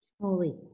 Holy